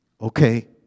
okay